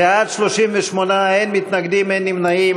בעד, 38, אין מתנגדים, אין נמנעים.